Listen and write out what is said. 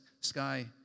Sky